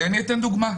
אני אתן דוגמה,